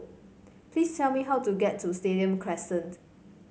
please tell me how to get to Stadium Crescent